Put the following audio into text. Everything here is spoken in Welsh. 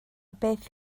beth